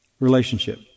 relationship